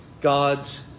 God's